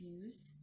views